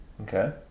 Okay